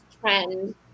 trend